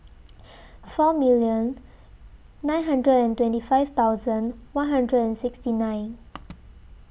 four million nine hundred and twenty five thousand one hundred and sixty nine